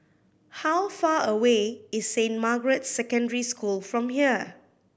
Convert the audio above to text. how far away is Saint Margaret's Secondary School from here